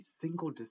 single